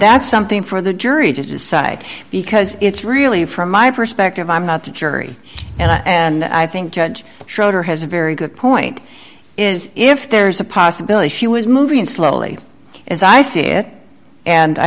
that's something for the jury to decide because it's really from my perspective i'm not the jury and i and i think judge schroeder has a very good point is if there's a possibility she was moving slowly as i see it and i